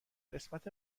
قسمت